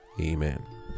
Amen